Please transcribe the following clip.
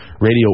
Radio